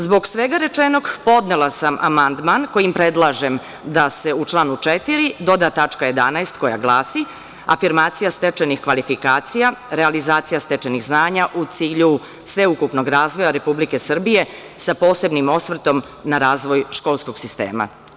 Zbog svega rečenog, podnela sam amandman kojim predlažem da se u članu 4. doda tačka 11) koja glasi: „Afirmacija stečenih kvalifikacija, realizacija stečenih znanja, u cilju sveukupnog razvoja Republike Srbije, sa posebnim osvrtom na razvoj školskog sistema“